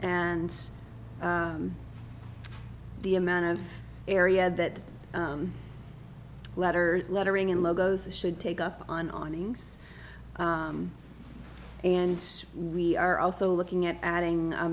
and the amount of area that letter lettering and logos should take up on on things and we are also looking at adding a